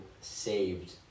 saved